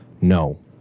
no